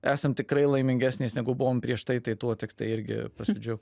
esam tikrai laimingesnės negu buvom prieš tai tai tuo tiktai irgi pasidžiaug